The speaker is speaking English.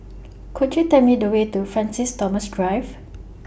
Could YOU Tell Me The Way to Francis Thomas Drive